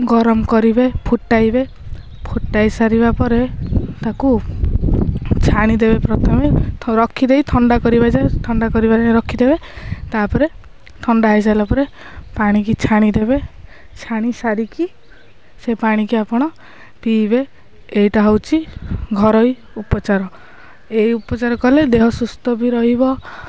ଗରମ କରିବେ ଫୁଟାଇବେ ଫୁଟାଇ ସାରିବା ପରେ ତାକୁ ଛାଣିଦେବେ ପ୍ରଥମେ ରଖିଦେଇ ଥଣ୍ଡା କରିବା ଯେ ଥଣ୍ଡା କରିବାରେ ରଖିଦେବେ ତା'ପରେ ଥଣ୍ଡା ହେଇସାରିଲା ପରେ ପାଣିକି ଛାଣିଦେବେ ଛାଣି ସାରିକି ସେ ପାଣିକି ଆପଣ ପିଇବେ ଏଇଟା ହେଉଛି ଘରୋଇ ଉପଚାର ଏଇ ଉପଚାର କଲେ ଦେହ ସୁସ୍ଥ ବି ରହିବ